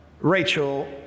Rachel